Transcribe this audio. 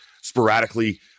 sporadically